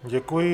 Děkuji.